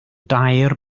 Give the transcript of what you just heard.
dair